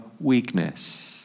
weakness